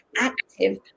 active